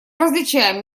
различаем